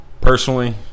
personally